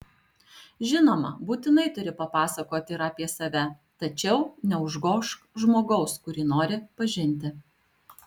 žinoma būtinai turi papasakoti ir apie save tačiau neužgožk žmogaus kurį nori pažinti